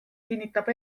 kinnitab